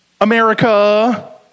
America